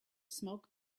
smoke